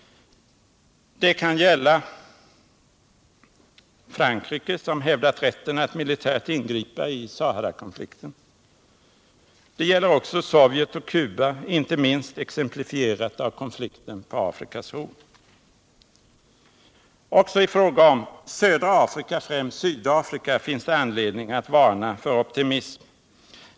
Det kan gälla Frankrike, som hävdat rätten att militärt ingripa i Saharakonflikten. Det gäller också Sovjet och Cuba, inte minst exemplifierat av konflikten på Afrikas horn. Också i fråga om södra Afrika, främst Sydafrika, finns det anledning att varna för optimism.